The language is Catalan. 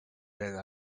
besa